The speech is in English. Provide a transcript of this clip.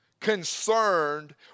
concerned